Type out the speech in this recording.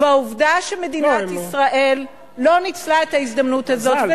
והעובדה, שמדינת ישראל לא ניצלה את ההזדמנות הזאת.